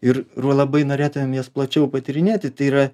ir ru labai norėtumėm jas plačiau patyrinėti tai yra